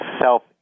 self